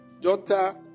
daughter